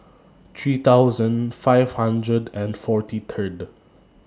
three thousand five hundred and forty Third